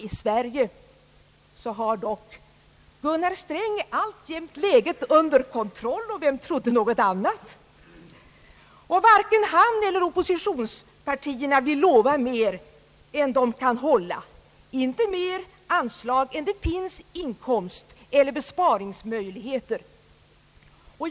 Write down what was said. I Sverige har dock Gunnar Sträng alltjämt läget under kontroll — vem trodde något annat! Varken han eller oppositionspartierna vill lova mera än de kan hålla: inte större anslag än vad inkomster eller besparingsmöjligheter medger.